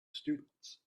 students